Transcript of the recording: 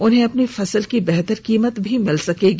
उन्हें अपनी फसल की बेहतर कीमत भी मिलेगी